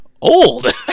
old